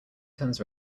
turns